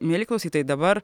mieli klausytojai dabar